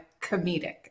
comedic